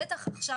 בטח עכשיו,